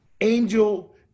Angel